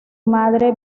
madre